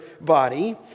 body